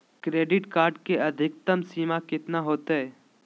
Credit card के अधिकतम सीमा कितना होते?